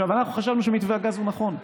אנחנו חשבנו שמתווה הגז הוא נכון,